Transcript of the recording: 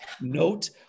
note